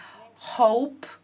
hope